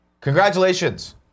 Congratulations